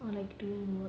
or like do notes